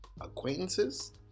acquaintances